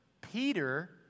Peter